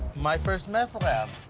my first meth lab. ah